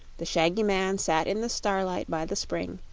the shaggy man sat in the starlight by the spring,